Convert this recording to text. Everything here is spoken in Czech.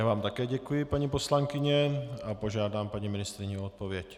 Já vám také děkuji, paní poslankyně, a požádám paní ministryni o odpověď.